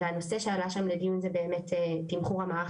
והנושא שעלה שם לדיון זה באמת תמחור המערך